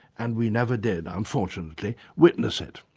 and we never did, unfortunately, witness it.